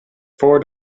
four